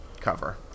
cover